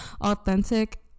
Authentic